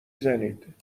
زنید